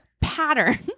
pattern